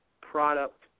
product